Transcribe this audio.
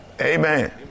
amen